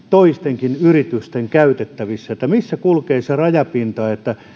toistenkin yritysten käytettävissä missä kulkee se rajapinta että